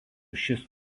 šis